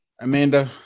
amanda